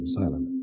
silent